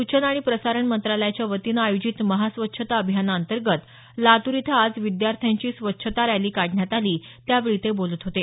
सूचना आणि प्रसारण मंत्रालयाच्या वतीनं आयोजित महास्वच्छता अभियानाअंतर्गत लातूर इथं आज विद्यार्थ्यांची स्वच्छता रॅली काढण्यात आली त्यावेळी ते बोलत होते